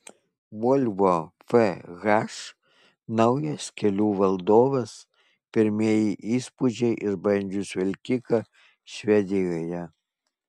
volvo fh naujas kelių valdovas pirmieji įspūdžiai išbandžius vilkiką švedijoje